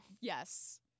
Yes